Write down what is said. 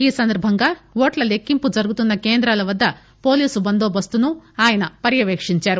ఈ సందర్భంగా ఓట్ల లెక్కింపు జరుగుతున్న కేంద్రాల వద్ద పోలీస్ బందోబస్తును ఆయన పర్కవేక్షించారు